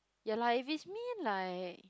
ya lah if is me like